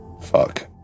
Fuck